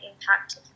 impact